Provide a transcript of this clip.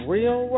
Real